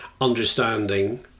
understanding